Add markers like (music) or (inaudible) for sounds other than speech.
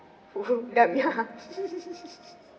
!whoa! dumb ya (laughs)